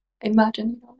imagine